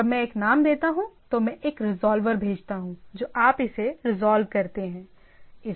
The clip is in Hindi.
जब मैं एक नाम देता हूं तो मैं एक रिज़ॉल्वर भेजता हूं जो आप इसे रिजॉल्व करते हैं